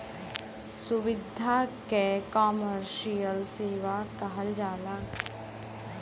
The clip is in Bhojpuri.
सुविधा के कमर्सिअल सेवा कहल जाला